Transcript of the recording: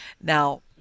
Now